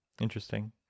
interesting